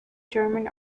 german